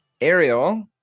ariel